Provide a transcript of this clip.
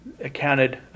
accounted